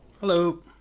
Hello